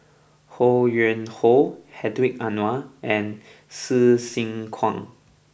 Ho Yuen Hoe Hedwig Anuar and Hsu Tse Kwang